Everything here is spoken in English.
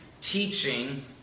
teaching